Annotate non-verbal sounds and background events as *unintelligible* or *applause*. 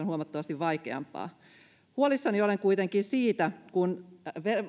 *unintelligible* huomattavasti vaikeampaa huolissani olen kuitenkin siitä kun